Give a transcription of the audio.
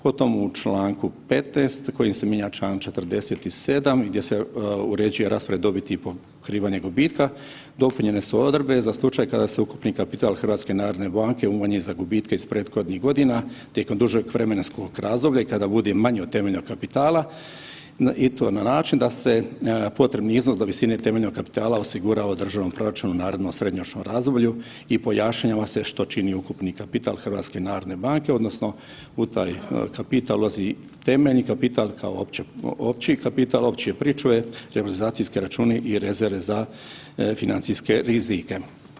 Po tom u članku 15. kojim se mijenja članak 47. gdje se uređuje raspored dobiti i pokrivanje gubitka dopunjene su odredbe za slučaj kada se ukupni kapital HNB umanji za gubitke iz prethodnih godina tijekom dužeg vremenskog razdoblja i kada bude manje od temeljnog kapitala i to na način da se potrebni iznos do visine temeljnog kapitala osigura u državnom proračunu u narednom srednjoročnom razdoblju i pojašnjava se što čini ukupni kapital HNB-a odnosno u taj kapital ulazi temeljni kapital kao opće, kao opći kapital opće pričuve, revalizacijski računi i rezerve za financijske rizike.